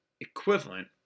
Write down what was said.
equivalent